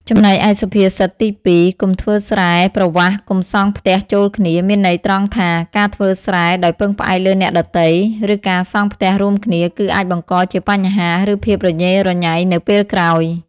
ចំណែកឯសុភាសិតទី២ "កុំធ្វើស្រែប្រវាស់កុំសង់ផ្ទះចូលគ្នា" មានន័យត្រង់ថា ការធ្វើស្រែដោយពឹងផ្អែកលើអ្នកដទៃ ឬការសង់ផ្ទះរួមគ្នា គឺអាចបង្កជាបញ្ហា ឬភាពរញ៉េរញ៉ៃនៅពេលក្រោយ។